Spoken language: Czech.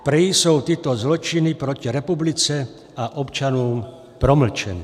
Prý jsou tyto zločiny proti republice a občanům promlčeny.